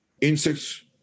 insects